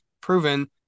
proven